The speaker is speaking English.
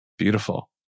Beautiful